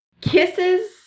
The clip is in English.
kisses